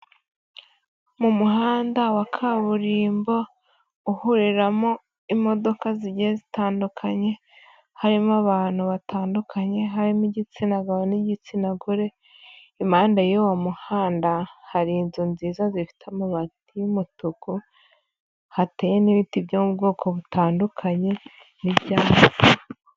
Mu muhanda wa kaburimbo, uhuriramo imodoka zigiye zitandukanye, harimo abantu batandukanye, harimo igitsina gabo n'igitsina gore, impande y'uwo muhanda hari inzu nziza zifite amabati y'umutuku, hateye n'ibiti byo mu bwoko butandukanye, n'ibyatsi.